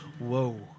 Whoa